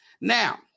Now